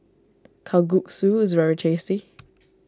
Kalguksu is very tasty